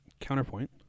counterpoint